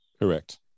Correct